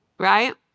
Right